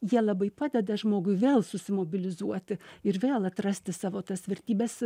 jie labai padeda žmogui vėl susimobilizuoti ir vėl atrasti savo tas vertybes